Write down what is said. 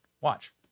Watch